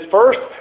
first